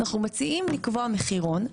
אנחנו מציעים לקבוע מחירון.